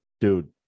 dude